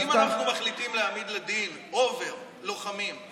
אבל אם אנחנו מחליטים להעמיד לדין באובר לוחמים,